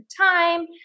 time